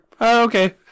okay